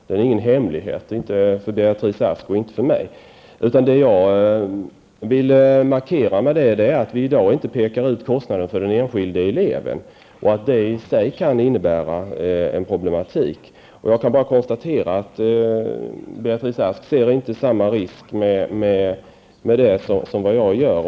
Det är ingen hemlighet för Beatrice Ask eller för mig. Jag vill markera att vi i dag inte pekar ut kostnaden för den enskilde eleven. Det kan i sig utgöra ett problem i framtiden. Beatrice Ask ser inte samma risk med det som jag gör.